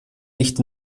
nicht